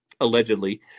Allegedly